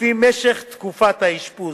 לפי משך תקופת האשפוז.